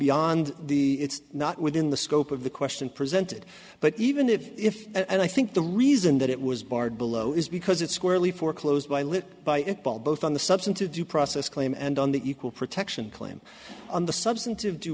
beyond the it's not within the scope of the question presented but even if if and i think the reason that it was barred below is because it's squarely foreclosed by lit by it ball both on the substantive due process claim and on the equal protection claim on the substantive due